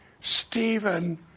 Stephen